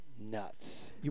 nuts